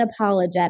unapologetic